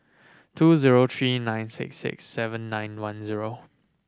two zero three nine six six seven nine one zero